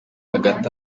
hagati